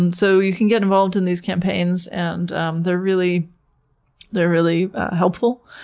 and so you can get involved in these campaigns and they're really they're really helpful.